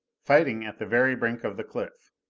fighting at the very brink of the cliff.